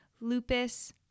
lupus